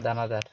দানাদার